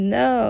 no